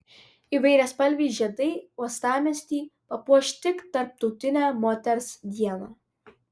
įvairiaspalviai žiedai uostamiestį papuoš tik tarptautinę moters dieną